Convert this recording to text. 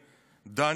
דני דנון